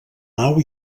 nau